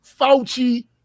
Fauci